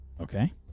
Okay